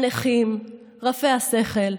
הנכים, רפי השכל.